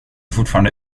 fortfarande